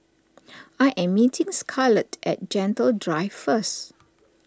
I am meeting Scarlett at Gentle Drive first